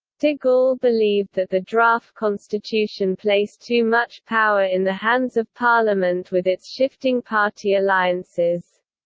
de gaulle believed that the draft constitution placed too much power in the hands of parliament with its shifting party alliances.